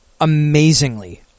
amazingly